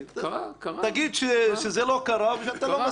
תגיד שזה לא קרה ואתה לא מסכים.